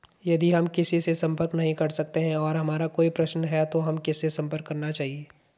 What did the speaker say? यदि हम किसी से संपर्क नहीं कर सकते हैं और हमारा कोई प्रश्न है तो हमें किससे संपर्क करना चाहिए?